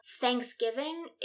Thanksgiving